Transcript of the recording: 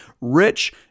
rich